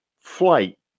flight